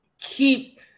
keep